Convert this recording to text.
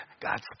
God's